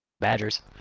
Badgers